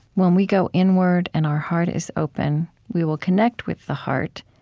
when we go inward, and our heart is open, we will connect with the heart,